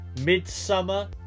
Midsummer